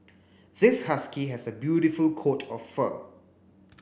this husky has a beautiful coat of fur